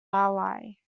ally